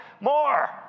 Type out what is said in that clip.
more